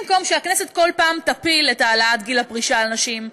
במקום שהכנסת כל פעם תפיל את העלאת גיל הפרישה לנשים,